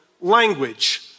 language